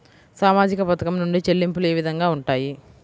సామాజిక పథకం నుండి చెల్లింపులు ఏ విధంగా ఉంటాయి?